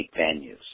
venues